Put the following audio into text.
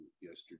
yesterday